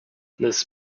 this